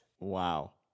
Wow